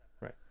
right